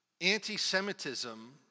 anti-Semitism